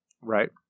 Right